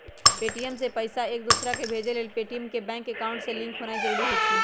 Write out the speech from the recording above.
Paytm से पईसा एकदोसराकेँ भेजे लेल पेटीएम के बैंक अकांउट से लिंक होनाइ जरूरी होइ छइ